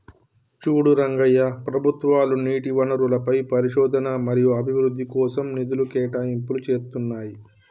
చూడు రంగయ్య ప్రభుత్వాలు నీటి వనరులపై పరిశోధన మరియు అభివృద్ధి కోసం నిధులు కేటాయింపులు చేతున్నాయి